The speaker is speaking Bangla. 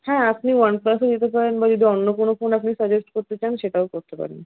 হ্যাঁ আপনি ওয়ানপ্লাসও দিতে পারেন বা যদি অন্য কোনো ফোন আপনি সাজেস্ট করতে চান সেটাও করতে পারেন